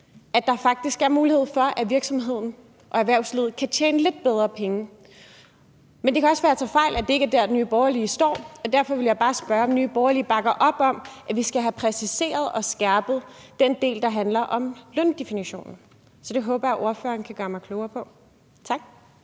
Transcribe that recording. at der faktisk er mulighed for, at virksomheden og erhvervslivet kan tjene lidt bedre penge. Men det kan også være, at jeg tager fejl, altså at det ikke er der, Nye Borgerlige står. Derfor vil jeg bare spørge, om Nye Borgerlige bakker op om, at vi skal have præciseret og skærpet den del, der handler om løndefinitionen? Så det håber jeg ordføreren kan gøre mig klogere på. Tak.